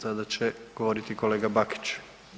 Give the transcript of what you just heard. Sada će govoriti kolega Bakić.